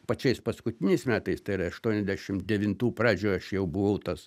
pačiais paskutiniais metais tai yra aštuoniasdešim devintų pradžioj aš jau buvau tas